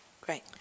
Great